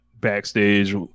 backstage